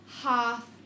half